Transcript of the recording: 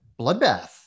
bloodbath